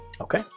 Okay